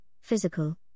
physical